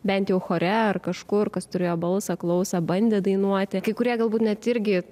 bent jau chore ar kažkur kas turėjo balsą klausą bandė dainuoti kai kurie galbūt net irgi